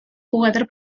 jugador